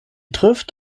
trifft